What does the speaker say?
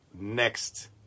next